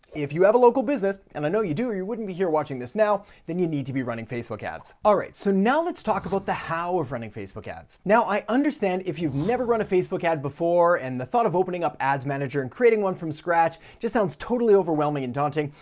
if you have a local business, and i know you do, you wouldn't be here watching this now, then you need to be running facebook ads. alright, so now let's talk about the how of running facebook ads. now i understand, if you've never run a facebook ad before and the thought of opening up ads manager and creating one from scratch just sounds totally overwhelming and daunting.